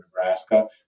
Nebraska